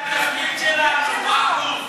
זה תפקידנו.